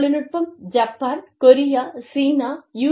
தொழில்நுட்பம் Japan Korea சீனா U